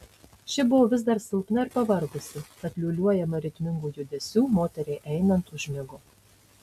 ši buvo vis dar silpna ir pavargusi tad liūliuojama ritmingų judesių moteriai einant užmigo